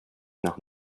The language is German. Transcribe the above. nach